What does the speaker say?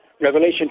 Revelation